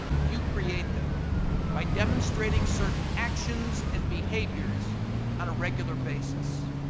you create them by demonstrating certain actions and behaviors on a regular basis.